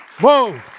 Whoa